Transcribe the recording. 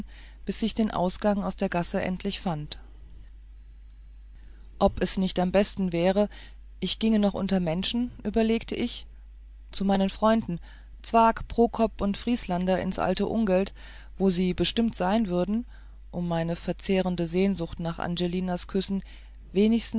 bis ich den ausgang aus der gasse endlich fand ob es nicht am besten wäre ich ginge noch unter menschen überlegte ich zu meinen freunden zwakh prokop und vrieslander ins alte ungelt wo sie bestimmt sein würden um meine verzehrende sehnsucht nach angelinas küssen wenigstens